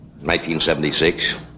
1976